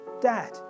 dad